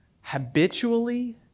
habitually